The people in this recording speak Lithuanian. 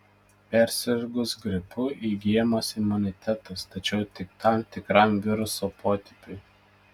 persirgus gripu įgyjamas imunitetas tačiau tik tam tikram viruso potipiui